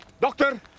Doctor